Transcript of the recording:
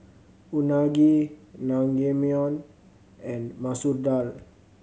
Unagi Naengmyeon and Masoor Dal